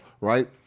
right